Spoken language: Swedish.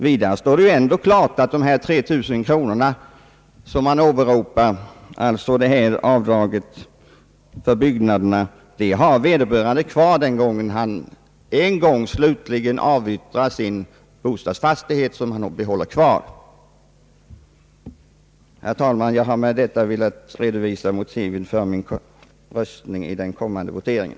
Dessutom står det klart att de 3 000 kronor som åberopats — dvs. schablonavdraget för byggnaderna — det beloppet har vederbörande säljare alltid kvar att tillgodogöra sig när han slutligen avyttrar den bostadsfastighet som han behöll vid försäljningen av jorden. Herr talman! Jag har med detta velat redovisa motiven för min röstning vid den kommande voteringen.